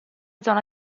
zona